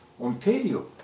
Ontario